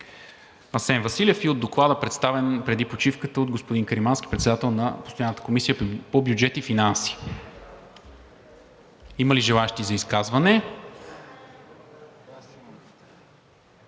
Асен Василев, и Доклада, представен преди почивката от господин Каримански – председател на постоянната Комисия по бюджет и финанси. Има ли желаещи за изказване?